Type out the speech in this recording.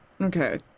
Okay